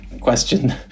question